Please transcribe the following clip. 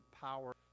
power